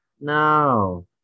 No